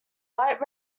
light